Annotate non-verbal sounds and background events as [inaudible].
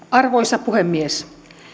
[unintelligible] arvoisa puhemies